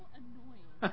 annoying